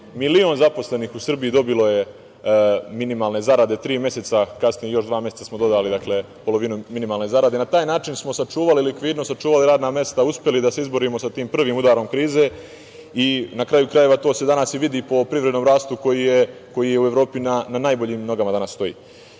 Milion zaposlenih u Srbiji je dobilo minimalne zarade tri meseca, kasnije još dva meseca smo dodali minimalne zarade. Na taj način smo sačuvali likvidnost, sačuvali radna mesta, uspeli da se izborimo sa tim prvim udarom krize i na kraju krajeva, to se danas i vidi po privrednom rastu koji je u Evropi na najboljim nogama danas stoji. Što